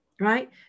right